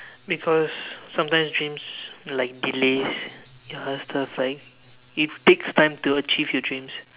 because sometimes dreams like delays you know stuff like it takes time to achieve your dreams